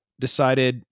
decided